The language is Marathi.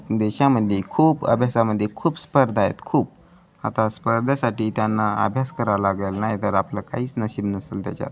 देशामध्ये खूप अभ्यासामधे खूप स्पर्धा आहेत खूप आता स्पर्धेसाठी त्यांना अभ्यास करावा लागेल नाही तर आपलं काहीच नशीब नसेल त्याच्यात